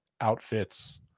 outfits